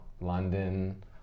London